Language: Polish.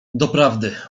doprawdy